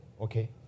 okay